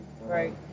Right